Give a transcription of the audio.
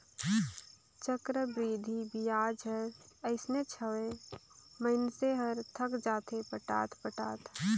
चक्रबृद्धि बियाज हर अइसनेच हवे, मइनसे हर थक जाथे पटात पटात